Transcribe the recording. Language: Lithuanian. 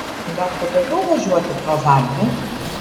gal patogiau važiuoti pro zalvę